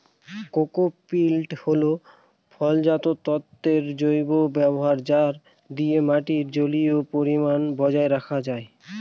cocopeat হল ফলজাত তন্তুর জৈব ব্যবহার যা দিয়ে মাটির জলীয় পরিমান বজায় রাখা যায়